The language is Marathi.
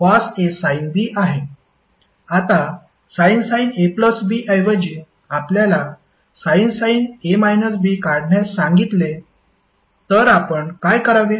आता sin AB ऐवजी आपल्याला sin काढण्यास सांगितले तर आपण काय करावे